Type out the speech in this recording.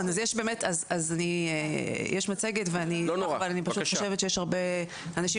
באמת יש מצגת ואני אשמח אבל אני פשוט חושבת שיש הרבה אנשים